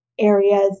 areas